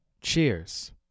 Cheers